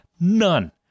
none